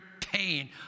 pain